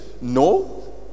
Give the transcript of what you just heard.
No